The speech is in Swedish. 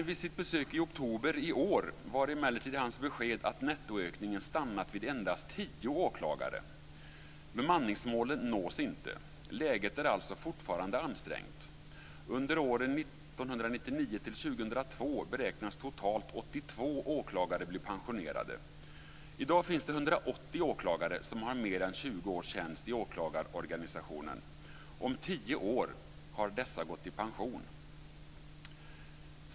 Vid hans besök i oktober i år var emellertid hans besked att nettoökningen stannat vid endast 10 åklagare. Bemanningsmålet nås inte. Läget är alltså fortfarande ansträngt. Under åren 1999-2002 beräknas totalt 82 åklagare bli pensionerade. I dag finns det 180 åklagare som har mer än 20 års tjänst i åklagarorganisationen. Om tio år har dessa gått i pension.